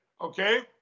okay